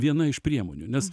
viena iš priemonių nes